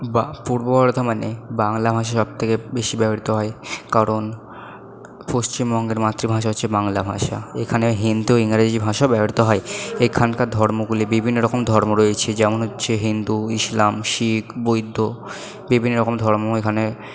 বা পূর্ব বর্ধমানে বাংলা ভাষা সব থেকে বেশি ব্যবহৃত হয় কারণ পশ্চিমবঙ্গের মাতৃভাষা হচ্ছে বাংলা ভাষা এখানে হিন্দি ও ইংরাজি ভাষা ব্যবহৃত হয় এখানকার ধর্মগুলি বিভিন্ন রকম ধর্ম রয়েছে যেমন হচ্ছে হিন্দু ইসলাম শিখ বৈদ্ধ বিভিন্ন রকম ধর্ম এখানে